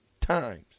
times